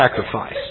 sacrifice